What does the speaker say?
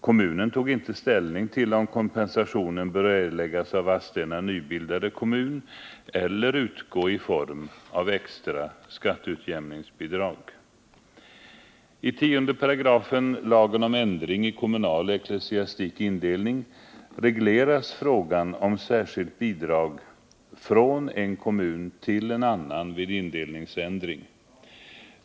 Kommunen tog inte ställning till om kompensationen bör erläggas av Vadstena nybildade kommun eller utgå i form av extra skatteutjämningsbidrag. I 10 § lagen om ändring i kommunal och ecklesiastik indelning regleras frågan om särskilt bidrag från en kommun till en annan vid indelningsändring.